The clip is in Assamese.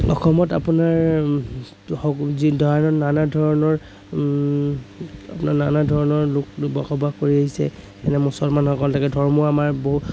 অসমত আপোনাৰ যিধৰণৰ নানাধৰণৰ আপোনাৰ নানাধৰণৰ লোক বসবাস কৰি আহিছে যেনে মুছলমানসকল থাকে ধৰ্ম আমাৰ